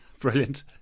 Brilliant